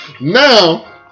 Now